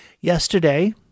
Yesterday